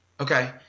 Okay